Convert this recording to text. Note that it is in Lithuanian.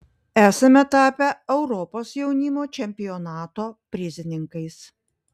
esame tapę europos jaunimo čempionato prizininkais